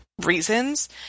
reasons